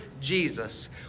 Jesus